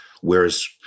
whereas